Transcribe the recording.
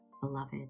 Beloved